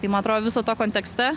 tai ma atro viso to kontekste